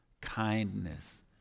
kindness